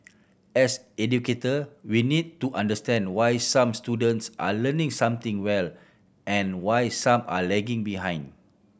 as educator we need to understand why some students are learning something well and why some are lagging behind